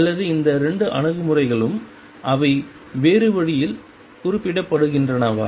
அல்லது இந்த 2 அணுகுமுறைகளும் அவை வேறு வழியில் குறிப்பிடப்படுகின்றனவா